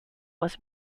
was